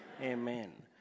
Amen